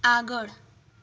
આગળ